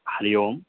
हरिः ओम्